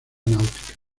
náutica